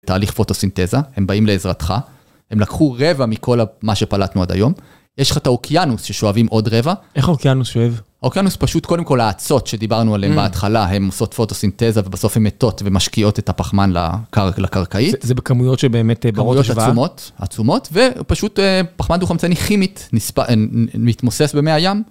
תהליך פוטוסינתזה הם באים לעזרתך, הם לקחו רבע מכל מה שפלטנו עד היום, יש לך את האוקיינוס ששואבים עוד רבע איך אוקיינוס שואב? האוקיינוס, פשוט קודם כל האצות שדיברנו עליהם בהתחלה הן עושות פוטוסינתזה ובסוף הן מתות ומשקיעות את הפחמן לקרקעית זה בכמויות שבאמת ברות השוואה... זה בכמויות עצומות, עצומות, ופשוט פחמן דו-חמצני כימית, נספג.. מתמוסס במי הים.